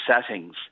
settings